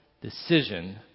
decision